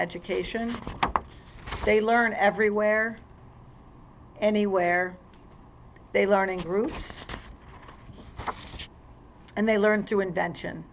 education they learn everywhere anywhere they learning groups and they learn through invention